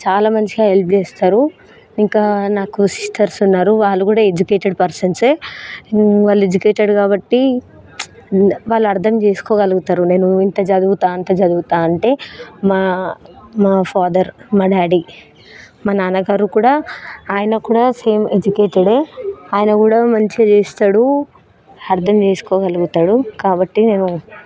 చాలా మంచిగా హెల్ప్ చేస్తారు ఇంకా నాకు సిస్టర్స్ ఉన్నారు వాళ్ళు కూడా ఎడ్యుకేటెడ్ పర్సన్సే వాళ్ళు ఎడ్యుకేటెడ్ కాబట్టి వాళ్ళ అర్థం చేసుకోగలుగుతారు నేను ఇంత చదువుతాను అంత చదువుతాను అంటే మా మా ఫాదర్ మా డాడీ మా నాన్నగారు కూడా ఆయన కూడా సేమ్ ఎడ్యుకేటెడే ఆయన కూడా మంచిగా చేస్తాడు అర్థం చేసుకోగలుగుతాడు కాబట్టి నేను